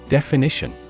Definition